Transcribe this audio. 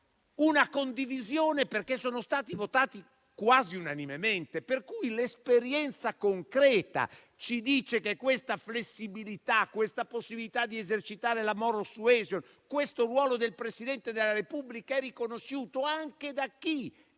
la condivisione, perché sono stati votati quasi unanimemente. Pertanto, l'esperienza concreta ci dice che questa flessibilità, questa possibilità di esercitare la *moral suasion* e questo ruolo del Presidente della Repubblica sono riconosciuti anche da chi